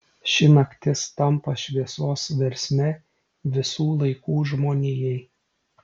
ši naktis tampa šviesos versme visų laikų žmonijai